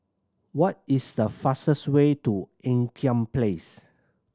what is the fastest way to Ean Kiam Place